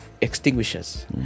extinguishers